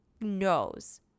knows